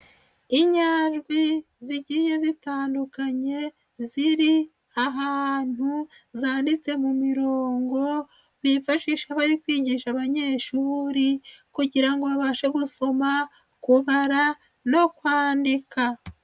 Inyajwi zigiye zitandukanye ziri ahantu zanditse mu mirongo, bifashisha bari kwigisha abanyeshuri kugira ngo babashe gusoma, kubara no kwandika.